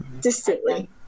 distantly